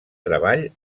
treball